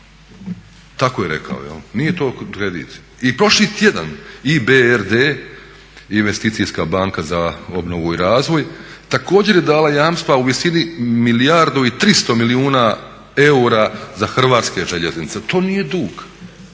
Tako je rekao, nije to kredit i prošli tjedan IBRD investicijska banka za obnovu i razvoj također je dala jamstva u visini milijardu i tristo milijuna eura za Hrvatske željeznice. To nije dug,